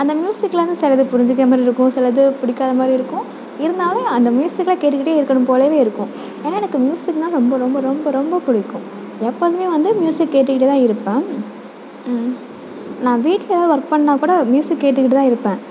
அந்த மியூசிக்லருந்து சிலது புரிஞ்சுக்கிற மாதிரி இருக்கும் சிலது பிடிக்காத மாதிரி இருக்கும் இருந்தாலேயும் அந்த மியூசிக்கெலாம் கேட்டுக்கிட்டே இருக்கணும் போலவே இருக்கும் ஏன்னால் எனக்கு மியூசிக்னால் ரொம்ப ரொம்ப ரொம்ப ரொம்ப பிடிக்கும் எப்போதுமே வந்து மியூசிக் கேட்டுக்கிட்டே தான் இருப்பேன் நான் வீட்டில் எதாவது ஒர்க் பண்ணால் கூட மியூசிக் கேட்டுக்கிட்டு தான் இருப்பேன்